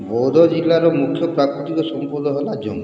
ବୌଦ୍ଧ ଜିଲ୍ଲାର ମୁଖ୍ୟ ପ୍ରାକୃତିକ ସମ୍ପଦ ହେଲା ଜଙ୍ଗଲ